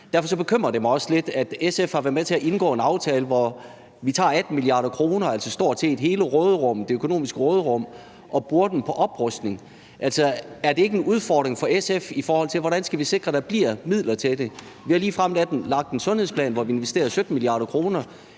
Derfor bekymrer det mig også lidt, at SF har været med til at indgå en aftale, hvor vi tager 18 mia. kr. – altså stort set hele det økonomiske råderum – og bruger pengene på oprustning. Altså, er det ikke en udfordring for SF, i forhold til hvordan vi skal sikre, at der bliver midler til det? Vi har lige fremlagt en sundhedsplan, hvor vi investerer 17 mia. kr.